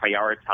prioritize